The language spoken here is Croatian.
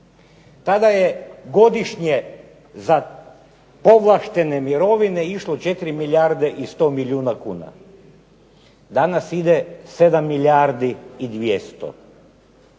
Tada je godišnje za povlaštene mirovine išlo 4 milijarde i 100 milijuna kuna. Danas ide 7 milijardi i 200.